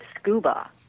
scuba